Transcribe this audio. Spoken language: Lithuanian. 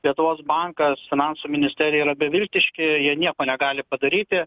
lietuvos bankas finansų ministerija yra beviltiški jie nieko negali padaryti